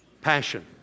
passion